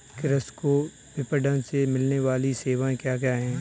कृषि को विपणन से मिलने वाली सेवाएँ क्या क्या है